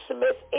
Smith